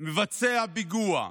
מבצע פיגוע,